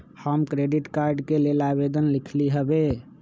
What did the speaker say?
हम credit card के लेल आवेदन लिखली हबे